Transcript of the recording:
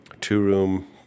two-room